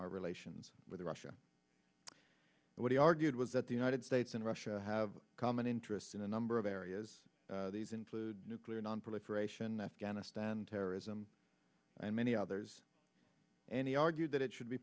our relations with russia what he argued was that the united states and russia have common interests in a number of areas these include nuclear nonproliferation afghanistan terrorism and many others and he argued that it should be